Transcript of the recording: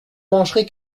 mangerez